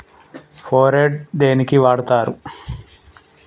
Phorate దేనికి వాడుతరు?